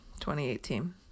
2018